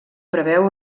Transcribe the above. preveu